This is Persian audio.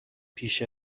پیش